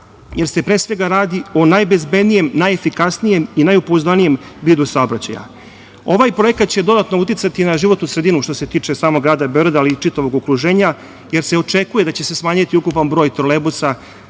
jer se pre svega radi o najbezbednijem, najefikasnijem i najpouzdanijem vidu saobraćaja. Ovaj projekat će dodatno uticati na životnu sredinu, što se tiče samog grada Beograda ali i čitavog okruženja, jer se očekuje da će se smanjiti ukupan broj trolejbusa,